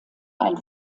ein